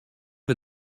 wir